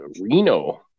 Reno